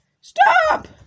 Stop